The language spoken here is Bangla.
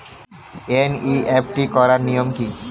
এন.ই.এফ.টি করার নিয়ম কী?